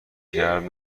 کرد